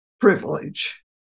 privilege